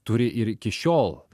turi ir iki šiol